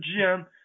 GM